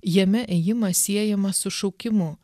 jame ėjimas siejamas su šaukimu